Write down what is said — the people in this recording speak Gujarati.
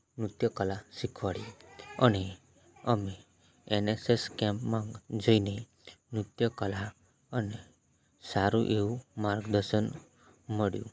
નૃત્ય કલા શીખવાડી અને અમે એનેસેસ કેમ્પમાં જઈને નૃત્ય કલા અને સારું એવું માર્ગદર્શન મળ્યું